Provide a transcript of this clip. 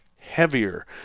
heavier